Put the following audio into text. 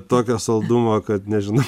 tokio saldumo kad nežinau